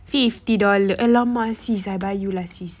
fifty dollar !alamak! sis I buy you lah sis